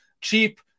Cheap